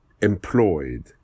employed